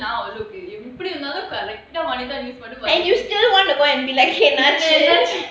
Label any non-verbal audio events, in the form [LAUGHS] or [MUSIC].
even now எப்டிருந்தாலும்:epdirunthaalum anitha vanitha [LAUGHS]